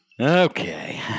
Okay